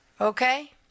okay